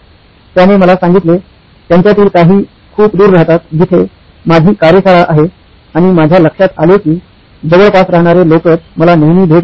त्याने मला सांगितले त्यांच्यातील काही खूप दूर राहतात जिथे माझी कार्यशाळा आहे आणि माझ्या लक्षात आले की जवळपास राहणारे लोकच मला नेहमी भेट देतात